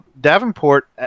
Davenport